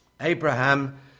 Abraham